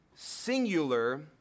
Singular